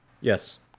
Yes